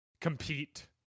compete